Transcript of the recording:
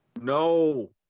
No